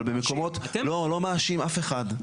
לא לא מאשים אף אחד,